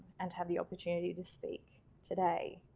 and have the opportunity to speak today.